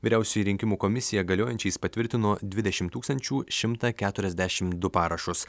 vyriausioji rinkimų komisija galiojančiais patvirtino dvidešim tūkstančių šimtą keturiasdešim du parašus